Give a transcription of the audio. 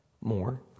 more